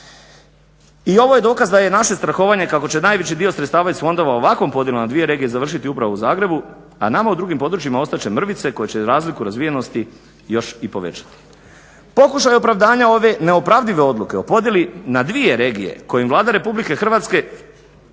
I ovo je dokaz da je naše strahovanje kako će najveći dio sredstava iz fondova ovakvom podjelom na dvije regije završiti upravo u Zagrebu, a nama u drugim područjima ostat će mrvice koje će razliku razvijenosti još i povećati. Pokušaj opravdanja ove neopravdive odluke o podjeli na dvije regije kojim Vlada Republike Hrvatske